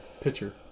pitcher